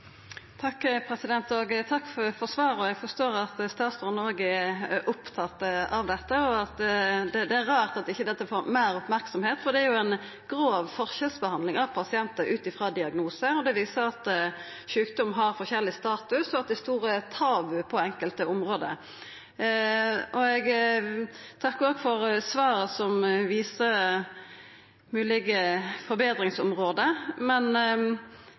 Takk for svaret. Eg forstår at statsråden òg er opptatt av dette. Det er rart at dette ikkje får meir merksemd, for det er jo ei grov forskjellsbehandling av pasientar ut frå diagnose, og det viser at sjukdomar har forskjellig status, og at det er store tabu på enkelte område. Eg takkar òg for svaret, som viser moglege område for betring. Men